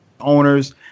owners